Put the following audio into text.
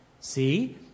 See